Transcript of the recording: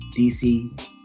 dc